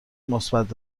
مثبت